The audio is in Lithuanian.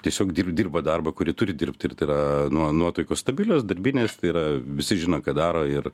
tiesiog dir dirba darbą kurį turi dirbt ir tai yra nuo nuotaikos stabilios darbinės tai yra visi žino ką daro ir